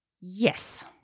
Yes